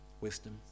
wisdom